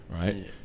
right